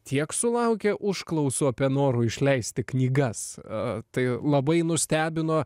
tiek sulaukė užklausų apie norų išleisti knygas tai labai nustebino